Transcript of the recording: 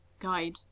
guide